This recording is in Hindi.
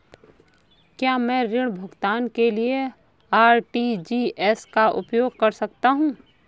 क्या मैं ऋण भुगतान के लिए आर.टी.जी.एस का उपयोग कर सकता हूँ?